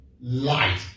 light